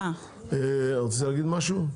אתה רוצה להגיד משהו?